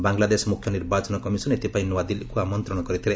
ବାଂଲାଦେଶ ମୁଖ୍ୟ ନିର୍ବାଚନ କମିଶନ ଏଥିପାଇଁ ନୂଆଦିଲ୍ଲୀକୁ ଆମନ୍ତ୍ରଣ କରିଥିଲେ